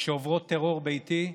שעוברות טרור ביתי,